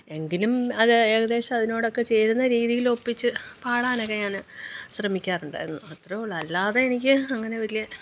എങ്കിലും അതു ഏകദേശം അതിനോടൊക്കെ ചേരുന്ന രീതിയിൽ ഒപ്പിച്ച് പാടാനൊക്കെ ഞാൻ ശ്രമിക്കാറുണ്ടായിരുന്നു അത്രയേയുള്ളു അല്ലാതെ എനിക്ക് അങ്ങനെ വലിയ